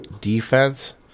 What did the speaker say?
defense